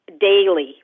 daily